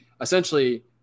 essentially